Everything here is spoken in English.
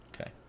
okay